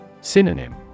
Synonym